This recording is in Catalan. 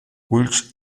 ulls